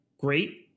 great